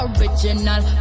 Original